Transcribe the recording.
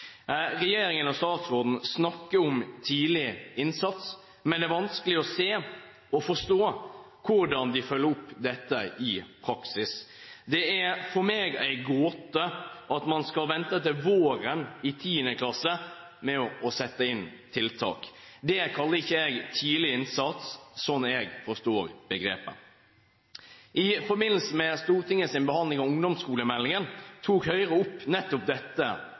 Regjeringen – og statsråden – snakker om tidlig innsats, men det er vanskelig å se og forstå hvordan de følger opp dette i praksis. Det er for meg en gåte at man skal vente til våren i 10. klasse med å sette inn tiltak. Det kaller jeg ikke «tidlig innsats», slik jeg forstår begrepet. I forbindelse med Stortingets behandling av ungdomsskolemeldingen tok Høyre opp nettopp dette